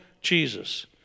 Jesus